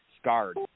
Scarred